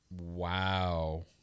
Wow